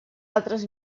altres